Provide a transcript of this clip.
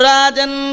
Rajan